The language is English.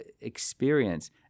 experience